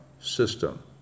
system